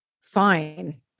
fine